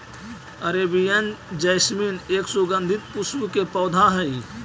Arabian jasmine एक सुगंधित पुष्प के पौधा हई